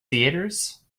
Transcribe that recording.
theatres